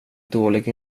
dålig